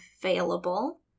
available